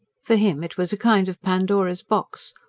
for him it was a kind of pandora's box,